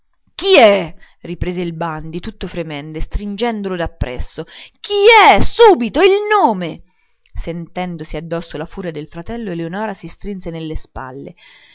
chi è riprese il bandi tutto fremente stringendola da presso chi è subito il nome sentendosi addosso la furia del fratello eleonora si strinse nelle spalle